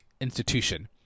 institution